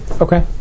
Okay